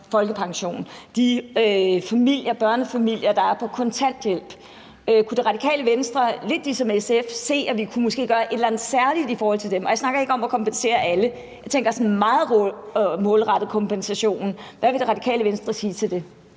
folkepension, de familier, børnefamilier, der er på kontanthjælp. Kunne Radikale Venstre måske – lidt ligesom SF – se, at vi kunne gøre et eller andet særligt i forhold til dem? Og jeg snakker ikke om at kompensere alle, men jeg tænker sådan meget at målrette kompensationen. Hvad vil Radikale Venstre sige til det?